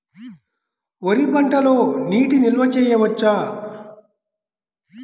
వరి పంటలో నీటి నిల్వ చేయవచ్చా?